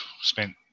spent